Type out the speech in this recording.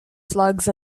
slugs